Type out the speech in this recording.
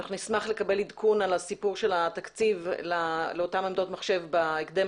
נשמח לקבל עדכון על הסיפור של התקציב לאותן עמדות מחשב בהקדם